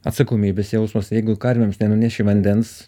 atsakomybės jausmas jeigu karvėms nenuneši vandens